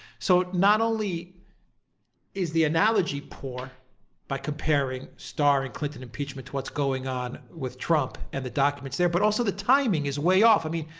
so not only is the analogy poor by comparing starr and clinton impeachment to what's going on with trump and the documents there, but also the timing is way off i mean,